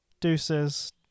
Deuces